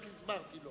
רק הסברתי לו